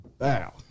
Wow